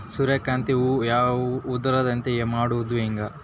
ಸೂರ್ಯಕಾಂತಿ ಹೂವ ಉದರದಂತೆ ಮಾಡುದ ಹೆಂಗ್?